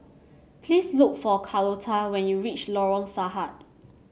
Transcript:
please look for Carlota when you reach Lorong Sarhad